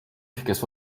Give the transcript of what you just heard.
kes